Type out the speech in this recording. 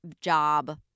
job